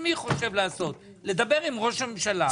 עצמי חושב לעשות, לדבר עם ראש הממשלה.